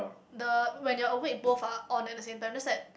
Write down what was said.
the when you're awake both are on at the same time just that